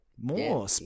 More